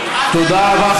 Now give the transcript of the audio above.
תודה רבה,